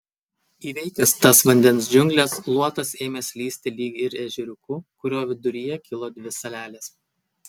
įveikęs tas vandens džiungles luotas ėmė slysti lyg ir ežeriuku kurio viduryje kilo dvi salelės